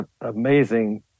amazing